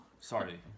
Sorry